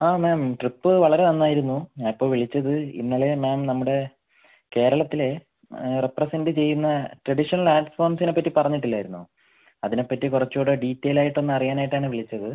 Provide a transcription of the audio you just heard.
ആ ma'am trip വളരെ നന്നായിരുന്നു ഞാൻ ഇപ്പോൾ വിളിച്ചത് ഇന്നലെ മാം നമ്മുടെ കേരളത്തിലെ റെപ്രെസെൻ്റ് ചെയ്യുന്ന ട്രഡീഷണൽ ആഡ് ഫോംസിനെപ്പറ്റി പറഞ്ഞിട്ടില്ലായിരുന്നോ അതിനെപ്പറ്റി കുറച്ചുകൂടി ഡീറ്റെയിൽ ആയിട്ട് ഒന്ന് അറിയാൻ ആയിട്ടാണ് വിളിച്ചത്